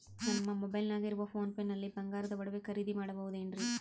ನಮ್ಮ ಮೊಬೈಲಿನಾಗ ಇರುವ ಪೋನ್ ಪೇ ನಲ್ಲಿ ಬಂಗಾರದ ಒಡವೆ ಖರೇದಿ ಮಾಡಬಹುದೇನ್ರಿ?